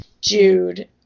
Jude